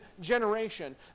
generation